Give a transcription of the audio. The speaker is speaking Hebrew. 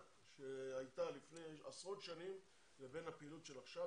שהייתה לפני עשרות שנים לבין הפעילות של עכשיו.